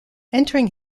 entering